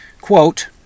quote